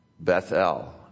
Bethel